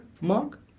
mark